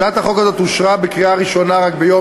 הצעת החוק הזאת אושרה בקריאה הראשונה רק ביום